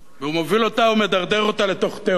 והוא מוביל אותה ומדרדר אותה לתוך תהום,